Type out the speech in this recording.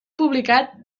publicat